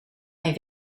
mijn